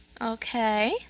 Okay